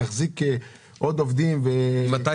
להחזיק עוד עובדים --- אני מאמין